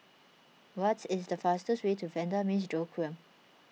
what is the fastest way to Vanda Miss Joaquim